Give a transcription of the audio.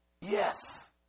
Yes